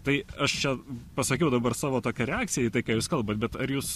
tai aš čia pasakiau dabar savo tokią reakciją į tai ką jūs kalbat bet ar jūs